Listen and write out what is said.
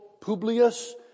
Publius